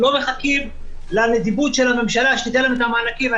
הם לא מחכים לנדיבות של הממשלה שתיתן להם את המענקים שלהם.